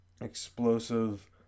explosive